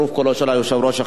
ובצירוף קולו של היושב-ראש,